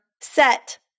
set